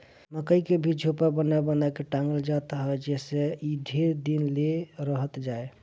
मकई के भी झोपा बना बना के टांगल जात ह जेसे इ ढेर दिन ले रहत जाए